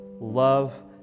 love